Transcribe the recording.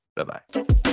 Bye-bye